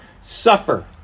Suffer